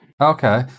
Okay